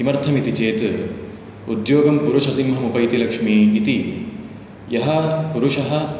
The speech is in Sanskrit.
किमर्थमिति चेत् उद्योगं पुरुषसिंहमुपैति लक्ष्मी इति यः पुरुषः